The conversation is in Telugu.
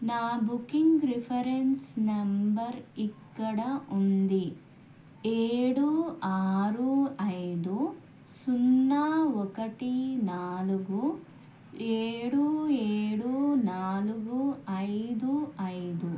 నా బుకింగ్ రిఫరెన్స్ నంబర్ ఇక్కడ ఉంది ఏడు ఆరు ఐదు సున్నా ఒకటి నాలుగు ఏడు ఏడు నాలుగు ఐదు ఐదు